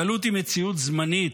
הגלות היא מציאות זמנית,